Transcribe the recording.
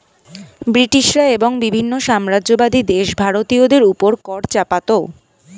ব্রিটিশরা এবং বিভিন্ন সাম্রাজ্যবাদী দেশ ভারতীয়দের উপর কর চাপাতো